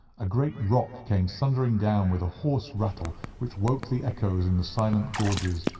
a great rock came thundering down with a hoarse rattle which woke the echoes in the silent gorges,